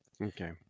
Okay